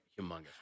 humongous